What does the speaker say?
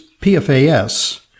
PFAS